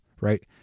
Right